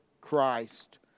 Christ